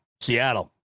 Seattle